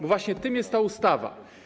Bo właśnie tym jest ta ustawa.